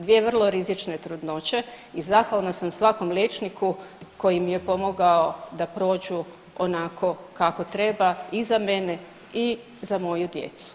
Dvije vrlo rizične trudnoće i zahvalna sam svakom liječniku koji mi je pomogao da prođu onako kako treba i za mene i za moju djecu.